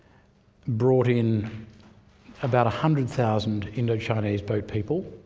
brought in about a hundred thousand indo-chinese boat people